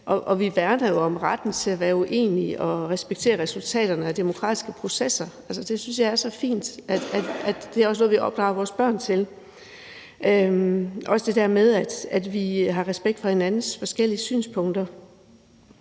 vi værner om retten til at være uenige og respekterer resultaterne af demokratiske processer, og det synes jeg er så fint. Det er også noget, vi opdrager vores børn til. Det gælder også det der med, at vi har respekt for hinandens forskellige synspunkter.